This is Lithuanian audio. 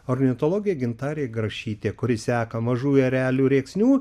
ornitologė gintarė grašytė kuri seka mažųjų erelių rėksnių